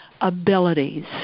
abilities